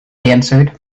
answered